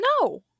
No